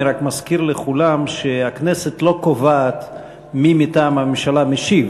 אני רק מזכיר לכולם שהכנסת לא קובעת מי מטעם הממשלה משיב.